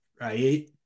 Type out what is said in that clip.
right